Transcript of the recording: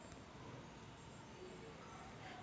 Mobile वर बाजारसमिती चे भाव कशे माईत होईन?